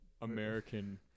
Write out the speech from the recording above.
american